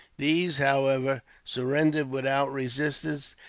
these, however, surrendered without resistance,